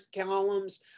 columns